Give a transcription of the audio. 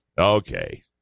Okay